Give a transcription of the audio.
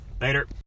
Later